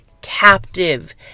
captive